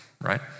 right